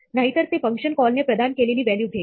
नाहीतर ते function call ने प्रदान केलेली व्हॅल्यू घेईल